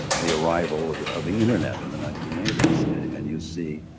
the arrival of the internet in the nineteen eighty s and you see